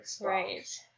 Right